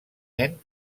nen